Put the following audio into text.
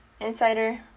Insider